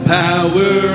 power